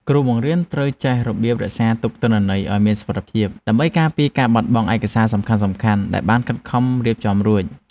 គ្រូបង្រៀនត្រូវចេះរបៀបរក្សាទុកទិន្នន័យឱ្យមានសុវត្ថិភាពដើម្បីការពារការបាត់បង់ឯកសារសំខាន់ៗដែលបានខិតខំរៀបចំរួច។